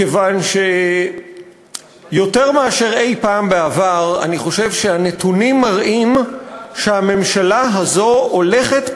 מכיוון שיותר מאי-פעם בעבר אני חושב שהנתונים מראים שהממשלה הזאת הולכת,